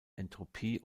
entropie